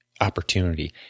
opportunity